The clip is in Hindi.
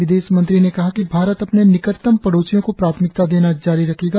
विदेश मंत्री ने कहा कि भारत अपने निकटतम पड़ोसियों को प्राथमिकता देना जारी रखेगा